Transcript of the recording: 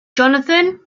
jonathan